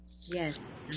Yes